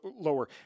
lower